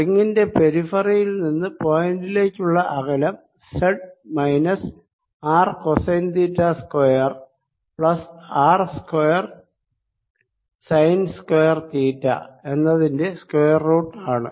റിങ്ങിന്റെ പെരിഫെറിയിൽ നിന്ന് പോയിന്റിലേക്കുള്ള അകലം z minus R cosine theta square plus R square sine square theta എന്നതിന്റെ സ്ക്വയർ റൂട്ട് ആണ്